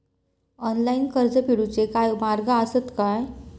Online कर्ज फेडूचे काय मार्ग आसत काय?